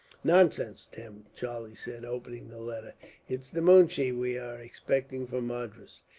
nonsense, tim, charlie said, opening the letter it's the moonshee we are expecting, from madras.